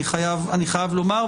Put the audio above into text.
אני חייב לומר,